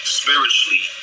spiritually